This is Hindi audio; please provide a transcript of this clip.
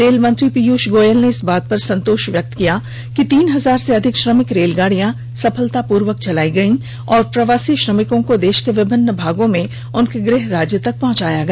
रेल मंत्री पीयूष गोयल ने इस बात पर संतोष व्यक्त किया है कि तीन हजार से अधिक श्रमिक रेलगाडियाँ सफलतापूर्वक चलाई गयीं और प्रवासी श्रमिकों को देश के विभिन्न भागों में उनके गृह राज्य तक पहुंचाया गया